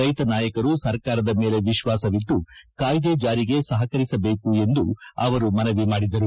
ರೈತ ನಾಯಕರು ಸರ್ಕಾರದ ಮೇಲೆ ವಿಶ್ವಾಸವಿಟ್ಟು ಕಾಯ್ದೆ ಜಾರಿಗೆ ಸಹಕರಿಸಬೇಕು ಎಂದು ಅವರು ಮನವಿ ಮಾಡಿದರು